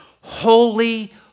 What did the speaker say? Holy